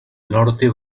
norte